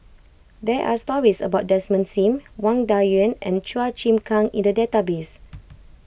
there are stories about Desmond Sim Wang Dayuan and Chua Chim Kang in the database